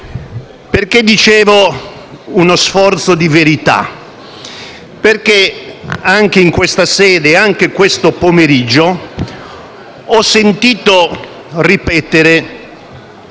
Perché dicevo "uno sforzo di verità"? Perché anche in questa sede, oggi pomeriggio, ho sentito ripetere